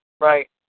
Right